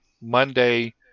Monday